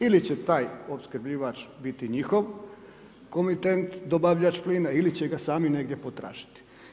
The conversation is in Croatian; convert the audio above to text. Ili će taj opskrbljivač biti njihov komitent, dobavljač plina, ili će ga sami negdje potražiti.